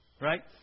Right